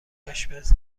آشپز